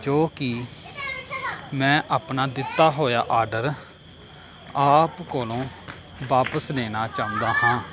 ਜੋ ਕਿ ਮੈਂ ਆਪਣਾ ਦਿੱਤਾ ਹੋਇਆ ਆਰਡਰ ਆਪ ਕੋਲੋਂ ਵਾਪਸ ਲੈਣਾ ਚਾਹੁੰਦਾ ਹਾਂ